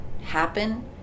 happen